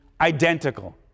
identical